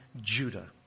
Judah